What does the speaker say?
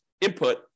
input